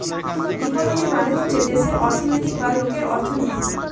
economy মানে হচ্ছে দেশের অর্থনৈতিক বা লোকের অর্থনীতি